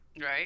Right